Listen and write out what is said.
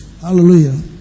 Hallelujah